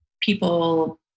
people